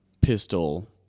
pistol